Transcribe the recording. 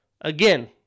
Again